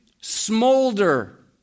smolder